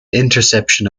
interception